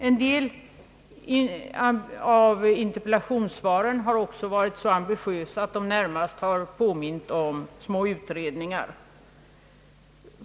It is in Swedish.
En del av interpellationssvaren har också varit så ambitiösa att de närmast påmint om små utredningar.